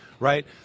Right